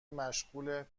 مشغول